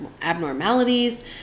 abnormalities